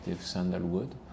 sandalwood